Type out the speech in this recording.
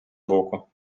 боку